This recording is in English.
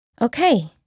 Okay